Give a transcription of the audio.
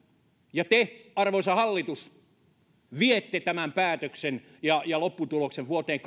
ja te arvoisa hallitus viette tämän päätöksen ja ja lopputuloksen vuoteen